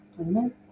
Amen